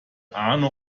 arno